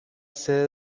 sede